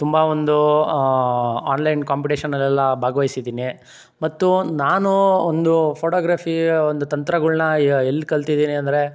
ತುಂಬ ಒಂದು ಆನ್ಲೈನ್ ಕಾಂಪಿಟೇಷನ್ನಲ್ಲೆಲ್ಲ ಭಾಗವಹಿಸಿದ್ದೀನಿ ಮತ್ತು ನಾನು ಒಂದು ಫೋಟೋಗ್ರಾಫಿಯ ಒಂದು ತಂತ್ರಗಳನ್ನ ಎಲ್ಲ ಕಲ್ತಿದ್ದೀನಿ ಅಂದರೆ